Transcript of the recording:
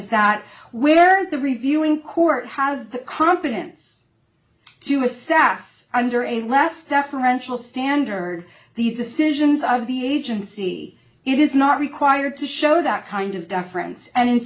is that where the reviewing court has the competence do you assess under a less deferential standard the decisions of the agency it is not required to show that kind of deference